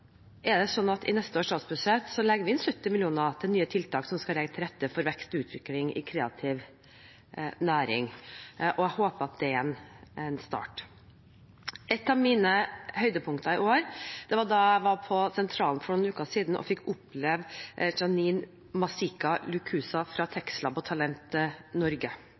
i neste års statsbudsjett inn 70 mill. kr til nye tiltak som skal legge til rette for vekst og utvikling i kreativ næring. Jeg håper at det er en start. Et av årets høydepunkter var da jeg for noen uker siden var på Sentralen og fikk oppleve Jeaninne Masika Lukusa fra TekstLab og Talent Norge.